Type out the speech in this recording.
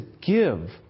give